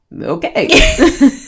okay